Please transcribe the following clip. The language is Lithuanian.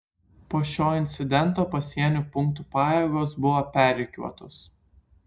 po šio incidento pasienio punktų pajėgos buvo perrikiuotos